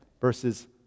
verses